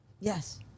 Yes